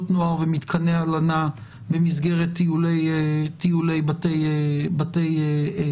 נוער ובמתקני הלנה במסגרת טיולי בתי ספר.